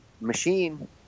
machine